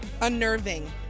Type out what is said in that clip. Unnerving